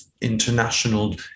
international